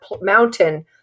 mountain